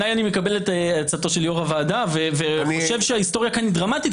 אני מקבל את עצתו של יושב ראש הוועדה וחושב שההיסטוריה כאן היא דרמטית.